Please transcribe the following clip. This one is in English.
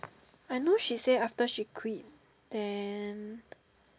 I know she say after she quit then